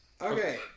Okay